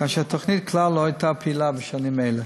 כאשר התוכנית כלל לא הייתה פעילה בשנים אלו.